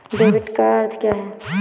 Debit का अर्थ क्या है?